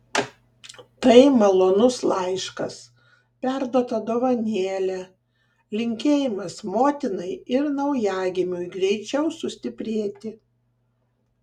tai malonus laiškas perduota dovanėlė linkėjimas motinai ir naujagimiui greičiau sustiprėti